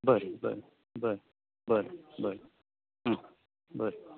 बरें बरें बरें बरें बरें बरें